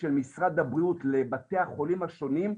של משרד הבריאות לבתי החולים השונים,